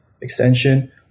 extension